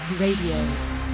Radio